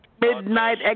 midnight